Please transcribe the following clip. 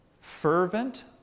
fervent